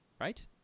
right